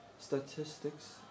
statistics